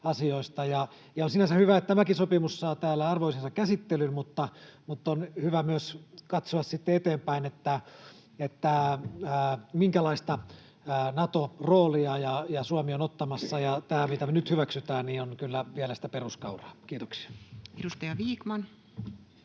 on hyvä, että tämäkin sopimus saa täällä arvoisensa käsittelyn, mutta on hyvä myös katsoa sitten eteenpäin, että minkälaista Nato-roolia Suomi on ottamassa, ja tämä, mitä me nyt hyväksytään, on kyllä vielä sitä peruskauraa. — Kiitoksia. Edustaja Vikman.